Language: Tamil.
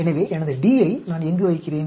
எனவே எனது D யை நான் எங்கு வைக்கிறேன்